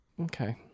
Okay